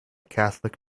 catholic